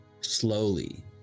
Slowly